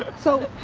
so,